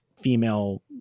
female